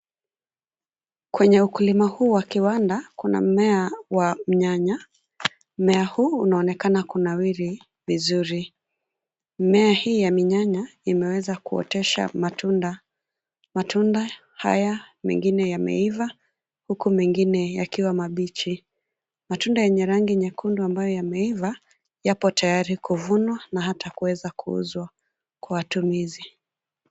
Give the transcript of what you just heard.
Kwenye ukulima huu wa kiwanda kuna mmea wa mnyanya. Mmea huu unaonekana kunawiri vizuri. Mimea hii ya minyanya imeweza kuotesha matunda. Matunda haya mengine yameiva huku mengine yakiwa mabichi. Matunda yenye rangi nyekundu ambayo yameiva, yapo tayari kuvunwa na hata kuweza kuuzwa kwa watumizi.